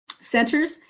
centers